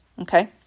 okay